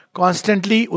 constantly